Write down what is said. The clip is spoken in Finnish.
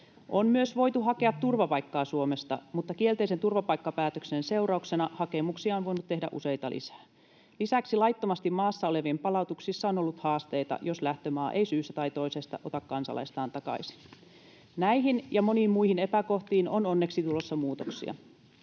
On myös voitu hakea turvapaikkaa Suomesta, mutta kielteisen turvapaikkapäätöksen seurauksena hakemuksia on voinut tehdä useita lisää. Lisäksi laittomasti maassa olevien palautuksissa on ollut haasteita, jos lähtömaa ei syystä tai toisesta ota kansalaistaan takaisin. Näihin ja moniin muihin epäkohtiin on onneksi tulossa muutoksia.